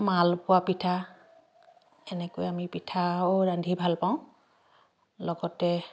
মালপোৱা পিঠা এনেকৈ আমি পিঠাও ৰান্ধি ভাল পাওঁ লগতে